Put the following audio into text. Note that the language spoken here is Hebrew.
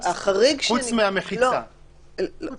חוץ מהמחיצה, (5)(ב).